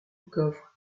coffre